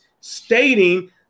stating